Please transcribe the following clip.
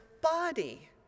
body